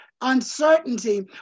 uncertainty